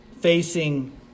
facing